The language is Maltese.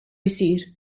jsir